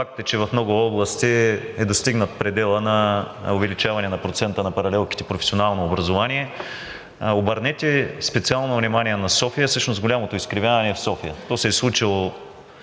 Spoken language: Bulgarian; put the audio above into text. Факт е, че в много области е достигнат пределът на увеличаване на процента на паралелките с професионално образование. Обърнете специално внимание на София, всъщност голямото изкривяване е в София. То се е случило